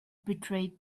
betrayed